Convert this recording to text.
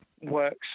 works